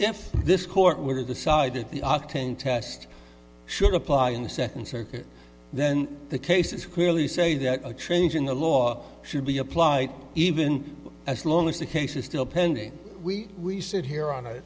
if this court were to decide that the octane test should apply in the second circuit then the cases clearly say that a change in the law should be applied even as long as the case is still pending we we sit here on